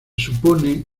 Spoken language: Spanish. supone